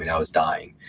and i was dying.